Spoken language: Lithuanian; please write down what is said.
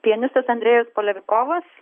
pianistas andrejus poliakovas